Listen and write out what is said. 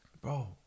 Bro